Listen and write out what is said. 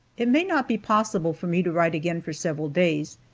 it may not be possible for me to write again for several days,